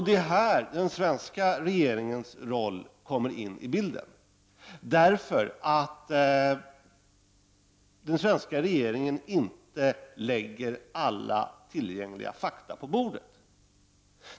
Det är här som den svenska regeringens roll kommer med i bilden. Den svenska regeringen lägger ju inte alla tillgängliga fakta på bordet.